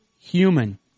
human